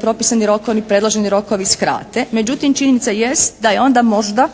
propisani rokovi ili predloženi rokovi skrate? Međutim činjenica jest da je onda možda